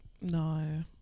No